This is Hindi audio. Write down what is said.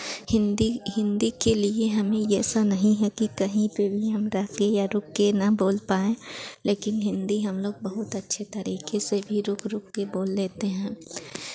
हिन्दी हिन्दी के लिए हमें ये ऐसा नहीं है कि कहीं पे भी हम रहके या रुक के ना बोल पाएँ लेकिन हिन्दी हम लोग बहुत अच्छे तरीके से भी रुक रुक के बोल लेते हैं